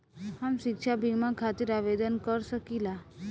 हम शिक्षा बीमा खातिर आवेदन कर सकिला?